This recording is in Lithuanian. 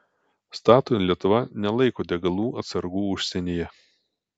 statoil lietuva nelaiko degalų atsargų užsienyje